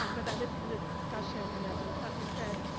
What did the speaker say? um as i listened to this discussion and as professor said,